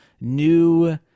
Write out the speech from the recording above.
new